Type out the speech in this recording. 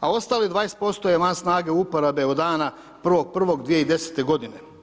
a ostalih 20% je van snage uporabe od dana 1.1.2010. godine.